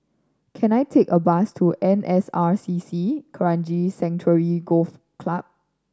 can I take a bus to N S R C C Kranji Sanctuary Golf Club